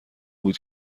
بود